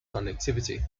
connectivity